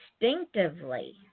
instinctively